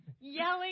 yelling